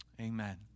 amen